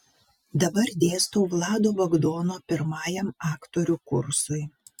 dabar dėstau vlado bagdono pirmajam aktorių kursui